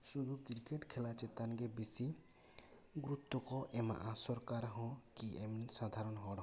ᱥᱩᱫᱷᱩ ᱠᱨᱤᱠᱮᱹᱴ ᱠᱷᱮᱞᱟ ᱪᱮᱛᱟᱱ ᱜᱮ ᱵᱤᱥᱤ ᱜᱩᱨᱩᱛᱛᱚ ᱠᱚ ᱮᱢᱟᱜᱼᱟ ᱥᱚᱨᱠᱟᱨ ᱦᱚᱸ ᱠᱤ ᱮᱢᱱᱤ ᱥᱟᱫᱷᱟᱨᱚᱱ ᱦᱚᱲ ᱦᱚᱸ